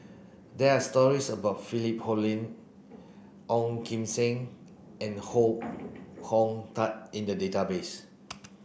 there are stories about Philip Hoalim Ong Kim Seng and Foo Hong Tatt in the database